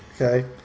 Okay